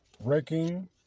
Breaking